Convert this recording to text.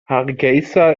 hargeysa